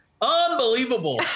Unbelievable